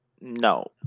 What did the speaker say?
No